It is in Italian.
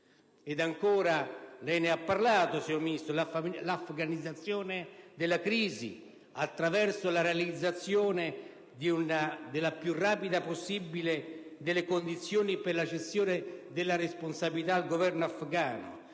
Ed ancora, lei ne ha parlato, signor Ministro, l'afganizzazione della crisi, attraverso la realizzazione della più rapida possibile delle condizioni per la cessione della responsabilità al Governo afgano,